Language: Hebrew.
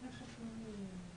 להם?